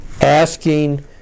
asking